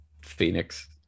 Phoenix